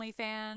OnlyFans